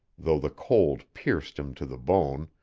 though the cold pierced him to the bone,